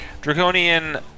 draconian